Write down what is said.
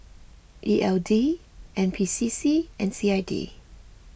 E L D N P C C and C I D